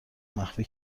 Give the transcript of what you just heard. مخفی